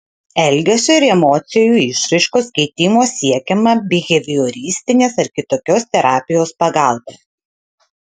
elgesio ir emocijų išraiškos keitimo siekiama bihevioristinės ar kitokios terapijos pagalba